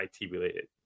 IT-related